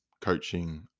coaching